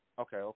Okay